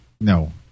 No